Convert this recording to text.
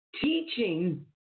teaching